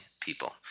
people